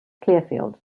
clearfield